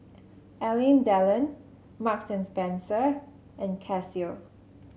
Alain Delon Marks and Spencer and Casio